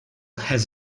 has